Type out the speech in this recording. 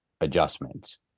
adjustments